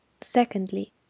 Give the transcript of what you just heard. secondly